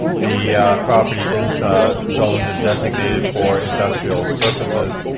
the property is zoned and designated for industrial purposes.